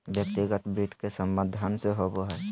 व्यक्तिगत वित्त के संबंध धन से होबो हइ